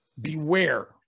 beware